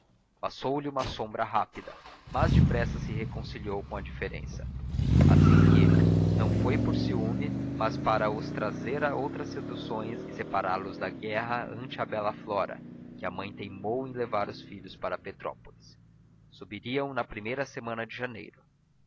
passou-lhe uma sombra rápida mas depressa se reconciliou com a diferença assim quê não foi por ciúme mas para os trazer a outras seduções e separá los da guerra ante a bela flora que a mãe teimou em levar os filhos para petrópolis subiriam na primeira semana de janeiro